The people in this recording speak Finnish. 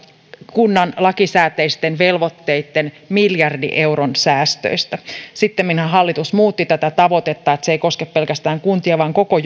kunnan lakisääteisten velvoitteitten miljardin euron säästöistä sittemminhän hallitus muutti tätä tavoitetta että se ei koske pelkästään kuntia vaan koko